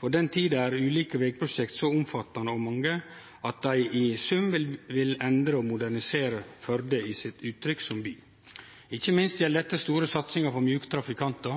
ulike vegprosjekta er så omfattande og mange at dei i sum vil endre og modernisere Førde i sitt uttrykk som by – ikkje minst gjeld dette store satsingar på